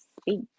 speak